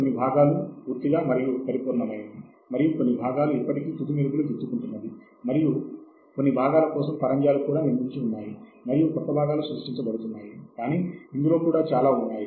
కాబట్టి మనము ఈ పద్ధతిలో సాహిత్య శోధనను గురించి తెలుసుకోబోతున్నాము